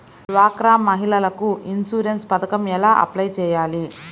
డ్వాక్రా మహిళలకు ఇన్సూరెన్స్ పథకం ఎలా అప్లై చెయ్యాలి?